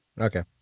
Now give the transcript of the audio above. Okay